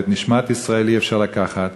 אבל את נשמת ישראל אי-אפשר לקחת